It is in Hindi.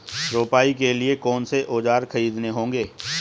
रोपाई के लिए कौन से औज़ार खरीदने होंगे?